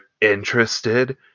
interested